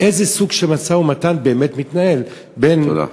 איזה סוג של משא-ומתן באמת מתנהל, תודה.